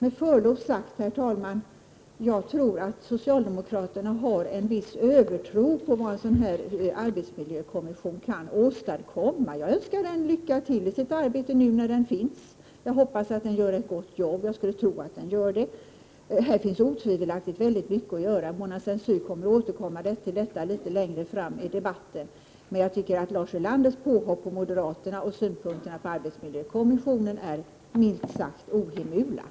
Jag tror, med förlov sagt, herr talman, att socialdemokraterna har en övertro på vad arbetsmiljökommissionen kan åstadkomma. Jag önskar den lycka till i sitt arbete, nu när den finns. Jag hoppas att den gör ett gott jobb, och jag skulle tro att den gör det. Här finns otvivelaktigt mycket att göra — Mona Saint Cyr kommer att återkomma till det längre fram i debatten. Men jag : tycker att Lars Ulanders påhopp på moderaterna och på våra synpunkter på arbetsmiljökommissionen är minst sagt ohemult.